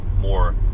more